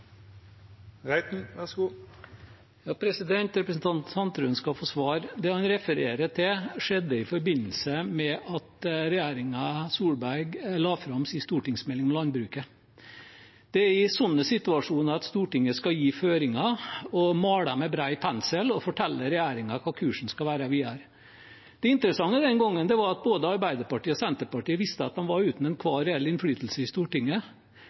Reiten har hatt ordet to gonger tidlegare og får ordet til ein kort merknad, avgrensa til 1 minutt. Representanten Sandtrøen skal få svar. Det han refererer til, skjedde i forbindelse med at regjeringen Solberg la fram sin stortingsmelding om landbruket. Det er i sånne situasjoner Stortinget skal gi føringer og male med bred pensel og fortelle regjeringen hva kursen videre skal være. Det interessante den gangen var at både Arbeiderpartiet og Senterpartiet visste at de var uten enhver reell innflytelse i Stortinget.